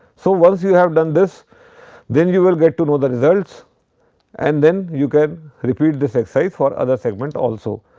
so, once you have done this then you will get to know the results and then you can repeat this exercise for other segment also.